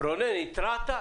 רונן, התרעת?